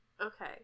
Okay